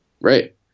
Right